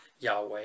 Yahweh